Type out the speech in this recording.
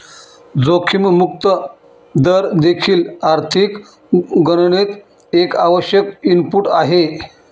जोखीम मुक्त दर देखील आर्थिक गणनेत एक आवश्यक इनपुट आहे